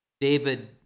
David